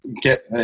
Get